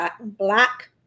black